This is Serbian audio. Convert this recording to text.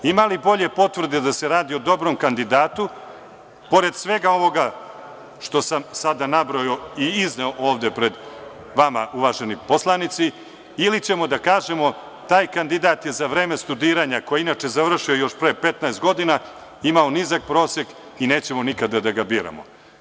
Ima li bolje potvrde da se radi o dobrom kandidatu, pored svega ovog što sam nabrojao i izneo ovde pred vama uvaženi poslanici, ili ćemo da kažemo – taj kandidat je za vreme studiranja koje je inače završio još pre 15 godina, imao nizak prosek i nećemo nikada da ga biramo.